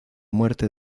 muerte